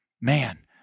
man